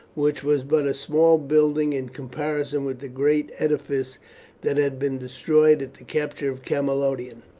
which was but a small building in comparison with the great edifice that had been destroyed at the capture of camalodunum.